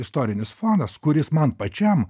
istorinis fonas kuris man pačiam